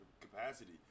capacity